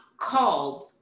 called